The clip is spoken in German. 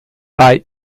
bei